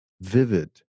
vivid